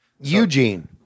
Eugene